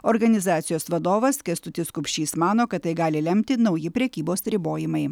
organizacijos vadovas kęstutis kupšys mano kad tai gali lemti nauji prekybos ribojimai